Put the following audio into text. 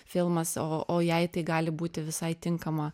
filmas o o jai tai gali būti visai tinkama